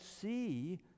see